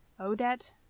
Odette